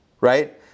Right